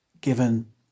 given